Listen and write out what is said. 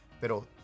pero